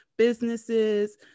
businesses